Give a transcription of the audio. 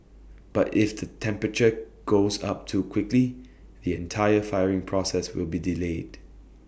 but if the temperature goes up too quickly the entire firing process will be delayed